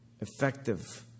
effective